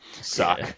suck